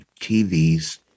TV's